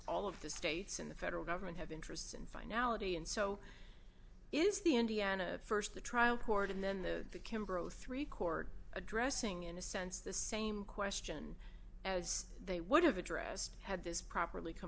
of the states in the federal government have interest in finality and so is the indiana st the trial court and then the kimberly three chord addressing in a sense the same question as they would have addressed had this properly come